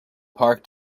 park